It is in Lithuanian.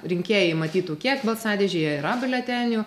rinkėjai matytų kiek balsadėžėje yra biuletenių